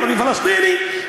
ערבי פלסטיני,